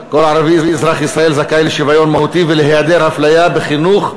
כל ערבי אזרח ישראל זכאי לשוויון מהותי ולהיעדר הפליה בחינוך,